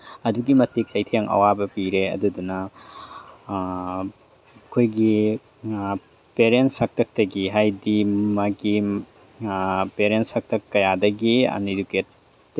ꯑꯗꯨꯛꯀꯤ ꯃꯇꯤꯛ ꯆꯩꯊꯦꯡ ꯑꯋꯥꯕ ꯄꯤꯔꯦ ꯑꯗꯨꯗꯨꯅ ꯑꯩꯈꯣꯏꯒꯤ ꯄꯦꯔꯦꯟꯁ ꯍꯥꯛꯇꯛꯇꯒꯤ ꯍꯥꯏꯗꯤ ꯃꯥꯒꯤ ꯄꯦꯔꯦꯟꯁ ꯍꯥꯛꯇꯛ ꯀꯌꯥꯗꯒꯤ ꯑꯟꯏꯗꯨꯀꯇꯦꯠ